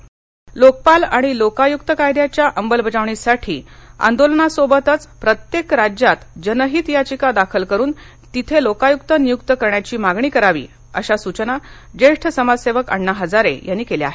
Hazare PTI Kelkar Lokpal आणि लोकायुक्तकायद्याच्या अंमलबजावणीसाठी आंदोलनासोबतच प्रत्येक राज्यात जनहित याचिका दाखल करून तिथे लोकायुक्त नियुक्त करण्याची मागणी करावी अशा सुचना ज्येष्ठ समाजसेवक अण्णा हजारे यांनी केल्या आहेत